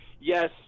yes